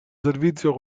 servizio